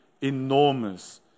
enormous